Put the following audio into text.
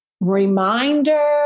reminder